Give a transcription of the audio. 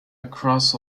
across